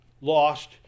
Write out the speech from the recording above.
lost